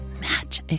match